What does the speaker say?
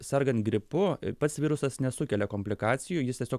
sergant gripu pats virusas nesukelia komplikacijų jis tiesiog